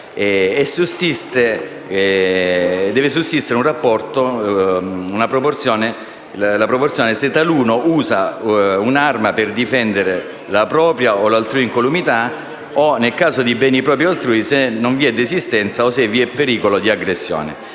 deve sussistere una proporzione se taluno usa un'arma per difendere la propria o l'altrui incolumità o, nel caso di beni propri o altrui, se non vi è desistenza o se vi è pericolo di aggressione.